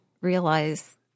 realize